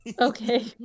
Okay